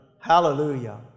Hallelujah